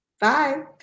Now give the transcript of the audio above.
Bye